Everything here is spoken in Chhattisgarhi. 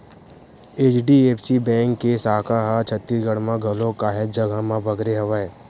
एच.डी.एफ.सी बेंक के साखा ह छत्तीसगढ़ म घलोक काहेच जघा म बगरे हवय